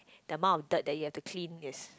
the amount of dirt that you have to clean is